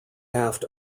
aft